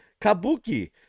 Kabuki